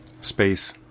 space